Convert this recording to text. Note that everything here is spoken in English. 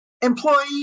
employee